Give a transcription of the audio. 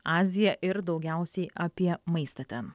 aziją ir daugiausiai apie maistą ten